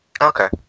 Okay